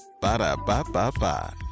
Ba-da-ba-ba-ba